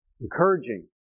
Encouraging